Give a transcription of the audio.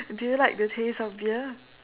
do you like the taste of beer